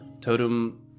Totem